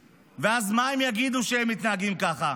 ואז, מה הם יגידו כשהם מתנהגים ככה?